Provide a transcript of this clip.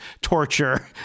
torture